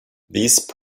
these